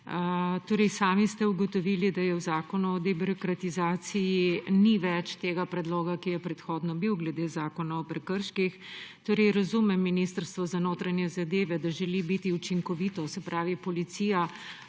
Sami ste ugotovili, da v zakonu o debirokratizaciji ni več tega predloga, ki je bil predhodno glede Zakona o prekrških. Razumem Ministrstvo za notranje zadeve, da želi biti učinkovito, se pravi Policija;